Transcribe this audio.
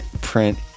print